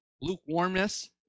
lukewarmness